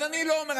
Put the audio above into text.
אז אני לא אומר,